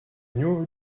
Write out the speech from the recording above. knew